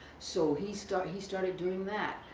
so he started he started doing that.